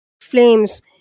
flames